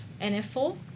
NF4